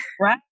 Right